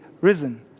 risen